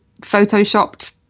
photoshopped